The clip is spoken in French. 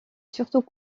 surtout